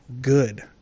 good